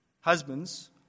husbands